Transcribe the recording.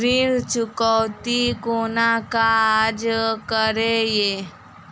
ऋण चुकौती कोना काज करे ये?